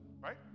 Right